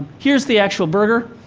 here's the actual burger.